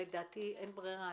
לדעתי אין ברירה.